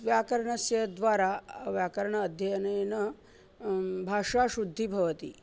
व्याकरणस्य द्वारा व्याकरणाध्ययनेन भाषाशुद्धिः भवति